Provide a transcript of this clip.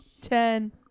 Ten